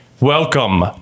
Welcome